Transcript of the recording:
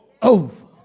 Over